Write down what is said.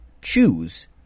choose